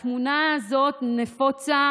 התמונה הזאת נפוצה